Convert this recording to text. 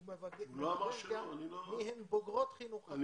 הוא מברר גם מי הן בוגרות החינוך החרדי.